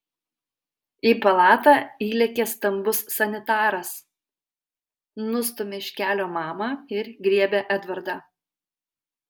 į palatą įlekia stambus sanitaras nustumia iš kelio mamą ir griebia edvardą